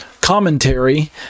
commentary